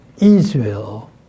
Israel